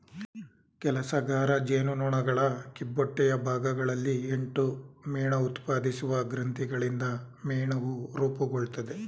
ಕೆಲಸಗಾರ ಜೇನುನೊಣಗಳ ಕಿಬ್ಬೊಟ್ಟೆಯ ಭಾಗಗಳಲ್ಲಿ ಎಂಟು ಮೇಣಉತ್ಪಾದಿಸುವ ಗ್ರಂಥಿಗಳಿಂದ ಮೇಣವು ರೂಪುಗೊಳ್ತದೆ